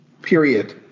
Period